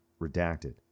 Redacted